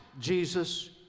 Jesus